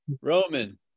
Roman